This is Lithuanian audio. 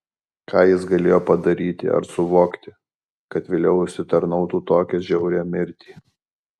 ką jis galėjo padaryti ar suvokti kad vėliau užsitarnautų tokią žiaurią mirtį